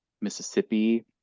mississippi